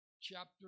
chapter